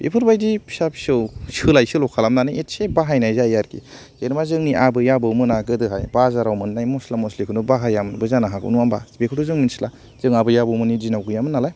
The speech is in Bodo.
बेफोरबादि फिसा फिसौ सोलाय सोल' खालामनानै एसे बाहायनाय जायो आरोखि जेनेबा जोंनि आबै आबौमोना गोदोहाय बाजाराव मोननाय मस्ला मस्लिखौनो बाहायामोनबो जानो हागौ नङा होनबा बेखौथ' जों मोनथिला जों आबै आबौमोननि दिनाव गैयामोन नालाय